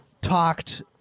talked